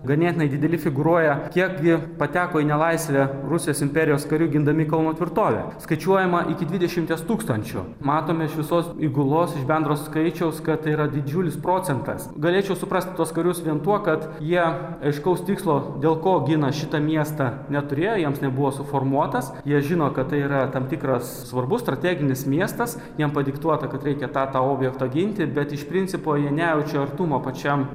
ganėtinai dideli figūruoja kiek gi pateko į nelaisvę rusijos imperijos karių gindami kauno tvirtovę skaičiuojama iki dvidešimties tūkstančių matome iš visos įgulos iš bendro skaičiaus kad yra didžiulis procentas galėčiau suprasti tuos karius vien tuo kad jie aiškaus tikslo dėl ko gina šitą miestą neturėjo jiems nebuvo suformuotas jie žino kad tai yra tam tikras svarbos strateginis miestas jiem padiktuota kad reikia tą tą objekto ginti bet iš principo jie nejaučia artumo pačiam